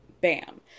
Bam